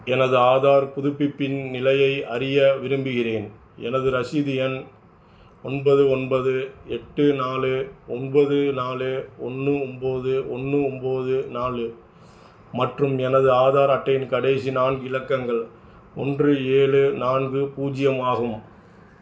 எனது ஆதார் புதுப்பிப்பின் நிலையை அறிய விரும்புகிறேன் எனது ரசீது எண் ஒன்பது ஒன்பது எட்டு நாலு ஒன்பது நாலு ஒன்று ஒம்போது ஒன்று ஒம்போது நாலு மற்றும் எனது ஆதார் அட்டையின் கடைசி நான்கு இலக்கங்கள் ஒன்று ஏழு நான்கு பூஜ்ஜியம் ஆகும்